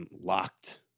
locked